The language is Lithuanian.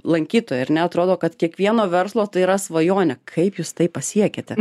lankytojų ar ne atrodo kad kiekvieno verslo tai yra svajonė kaip jūs tai pasiekėte